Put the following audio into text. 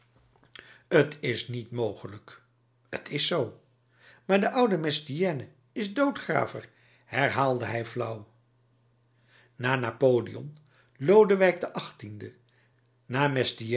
t is niet mogelijk t is z maar de oude mestienne is doodgraver herhaalde hij flauw na napoleon lodewijk xviii